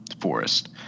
forest